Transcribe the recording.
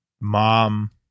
mom